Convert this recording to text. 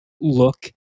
look